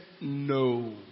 no